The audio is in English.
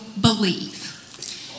Believe